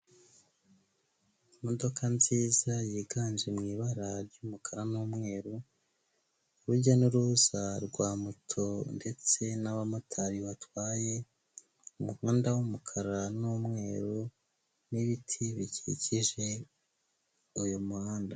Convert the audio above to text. Imodoka nziza yiganje mu ibara ry'umukara n'umweru, urujya n'uruza rwa moto ndetse n'abamotari batwaye, umuhanda w'umukara n'umweru, n'ibiti bikikije uyu muhanda.